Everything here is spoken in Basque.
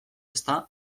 ezta